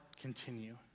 continue